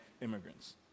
immigrants